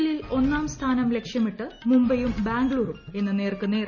എല്ലിൽ ഒന്നാം സ്ഥാനം ലക്ഷ്യമിട്ട് മുംബൈയും ബാംഗ്ലൂരും ഇന്ന് നേർക്കുനേർ